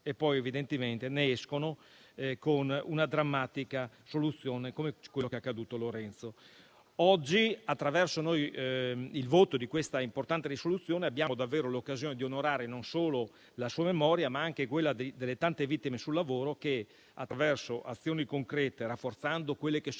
e, poi, evidentemente ne escono con una drammatica soluzione come quello che è accaduto a Lorenzo. Oggi, attraverso il voto di questa importante risoluzione, abbiamo davvero l'occasione di onorare non solo la sua memoria, ma anche quella delle tante vittime sul lavoro che attraverso azioni concrete, rafforzando quelle che sono